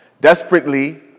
Desperately